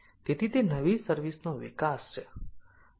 તેથી તે નવી સર્વિસ નો વિકાસ છે